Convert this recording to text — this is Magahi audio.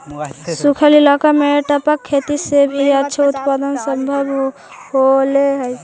सूखल इलाका में टपक खेती से भी अच्छा उत्पादन सम्भव होले हइ